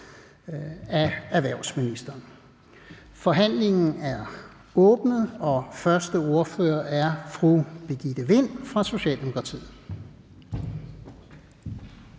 (Lars-Christian Brask): Forhandlingen er åbnet, og første ordfører er fru Birgitte Vind fra Socialdemokratiet.